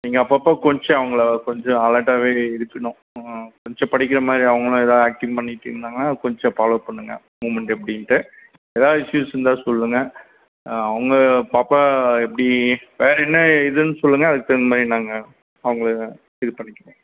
நீங்கள் அப்பப்போ கொஞ்சம் அவங்கள கொஞ்சம் அலார்ட்டாகவே இருக்கணும் கொஞ்சம் படிக்கிற மாதிரி அவங்களும் எதாவது ஆக்டிங் பண்ணிகிட்ருந்தாங்கனா கொஞ்சம் ஃபாலோவ் பண்ணுங்க மூவ்மெண்ட் எப்படின்ட்டு எதாவது இஷ்யூஸ் இருந்தால் சொல்லுங்க ஆ அவங்க பாப்பா எப்படி வேறு என்ன இதுன்னு சொல்லுங்க அதுக்குத் தகுந்தமாதிரி நாங்கள் அவங்கள இது பண்ணிக்கிறோம்